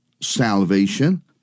salvation